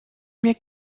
mir